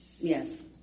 Yes